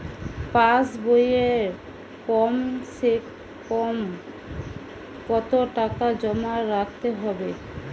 পাশ বইয়ে কমসেকম কত টাকা জমা রাখতে হবে?